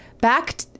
Back